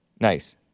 nice